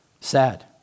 Sad